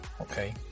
okay